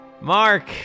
Mark